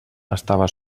estava